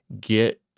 get